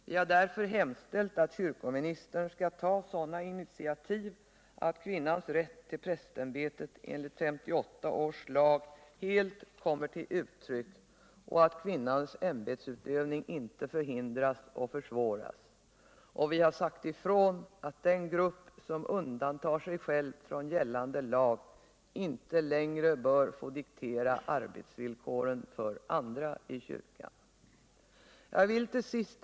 Vi har därför hemställt att kyrkoministern skall ta sådana initiativ att kvinnans rätt till prästämbetet enligt 1958 års lag helt kommer till uttryck och att kvinnans ämbetsutövning inte förhindras och försvåras. Vi har sagt ifrån att den grupp som undantar sig själv från gällande lag inte längre bör få diktera arbetsvillkoren för andra i kyrkan. Jag vill till sist.